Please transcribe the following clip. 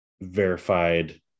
verified